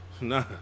nah